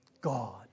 God